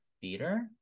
theater